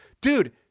dude